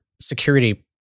security